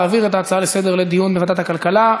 להעביר את ההצעה לסדר-היום לדיון בוועדת הכלכלה.